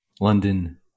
London